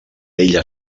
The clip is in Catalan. illa